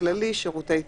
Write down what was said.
וכללי שירותי תמיכה.